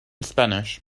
spanish